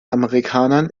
amerikanern